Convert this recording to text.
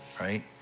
right